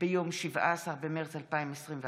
ביום 17 במרץ 2021,